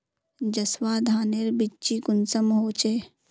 जसवा धानेर बिच्ची कुंसम होचए?